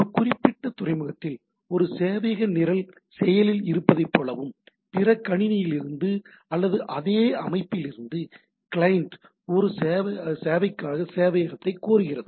ஒரு குறிப்பிட்ட துறைமுகத்தில் ஒரு சேவையக நிரல் செயலில் இருப்பதைப் போலவும் பிற கணினியிலிருந்து அல்லது அதே அமைப்பிலிருந்து கிளையன்ட் அந்த சேவைக்காக சேவையகத்தைக் கோருகிறது